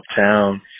uptown